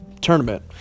tournament